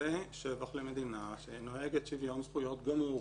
זה שבח למדינה שנוהגת שוויון זכויות גמור